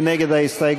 מי נגד ההסתייגות?